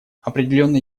определенные